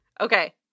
Okay